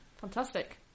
fantastic